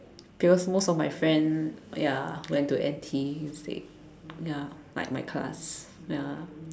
because most of my friends ya when to N_T instead ya like my class ya